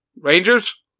Rangers